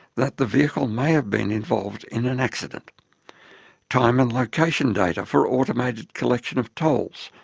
that the vehicle may have been involved in an accident time and location data for automated collection of tolls,